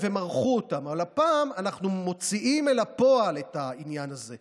לפחות היא הייתה יודעת שהוא עלול לפגוע בה ולפחות